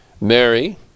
Mary